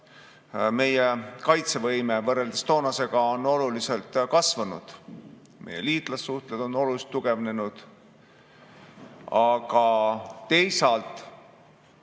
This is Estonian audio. meie kaitsevõime võrreldes toonasega on oluliselt kasvanud, meie liitlassuhted on oluliselt tugevnenud, aga teisalt,